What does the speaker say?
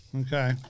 Okay